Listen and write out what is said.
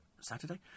Saturday